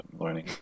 learning